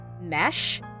Mesh